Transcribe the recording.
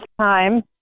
time